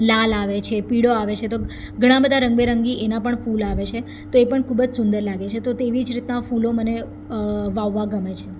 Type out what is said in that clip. લાલ આવે છે પીળો આવે છે તો ઘણા બધા રંગબેરંગી એના પણ ફોલ આવે છે તો એ પણ ખૂબ જ સુંદર આવે છે તેવી જ રીતના ફૂલો મને વાવવા ગમે છે